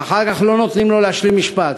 ואחר כך לא נותנים לו להשלים משפט.